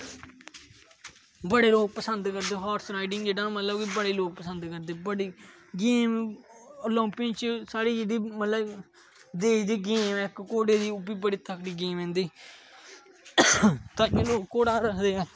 बडे़ लोकें पसंद करदे हार्स राडिंग जेहड़ा मतलब कि बडे़ लोक पंसद करदे बड़ी गेम आलपिंक च साढ़ी जेहड़ी मतलब देश दी गेम इक घोडे़ दी ओ बी बड़ी तगड़ी गेम ऐ इंदी ताकि लोक घोड़ा रखदे ऐ